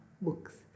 books